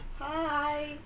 Hi